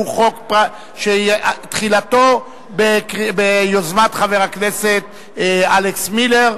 שהוא חוק שתחילתו ביוזמת חבר הכנסת אלכס מילר.